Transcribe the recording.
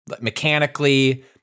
mechanically